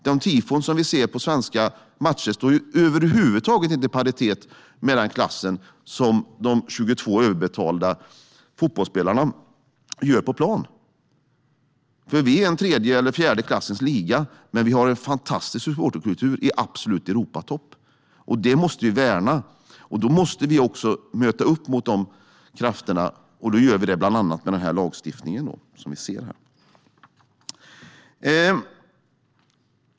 De tifon som vi ser på svenska matcher är över huvud taget inte i paritet med klassen på de 22 överbetalda fotbollsspelarna på planen. Vi är en tredje eller fjärde klassens liga, men vi har en fantastisk supporterkultur i absolut Europatopp. Det måste vi värna, och då måste vi också möta upp mot de här krafterna. Det gör vi bland annat med den lagstiftning som vi talar om här.